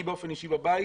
אני באופן אישי בבית